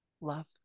love